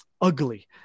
ugly